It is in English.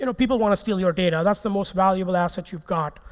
you know people want to steal your data. that's the most valuable asset you've got,